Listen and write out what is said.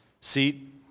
seat